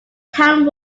town